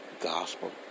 gospel